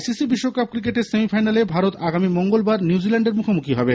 I C C বিশ্বকাপ ক্রিকেটের সেমিফাইানালে ভারত আগামী মঙ্গলবার নিউজিল্যান্ডের মুখোমুখি হবে